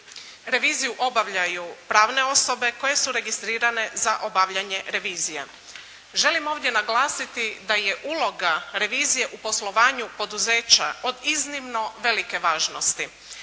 Reviziju obavljaju pravne osobe koje su registrirane za obavljanje revizije. Želim ovdje naglasiti da je uloga revizije u poslovanju poduzeća od iznimno velike važnosti